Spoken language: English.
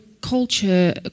culture